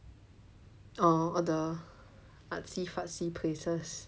orh the artsy fartsy places